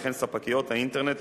וכן ספקיות האינטרנט,